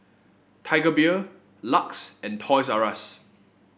Tiger Beer Lux and Toys R Us